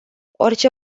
orice